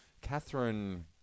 Catherine